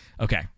Okay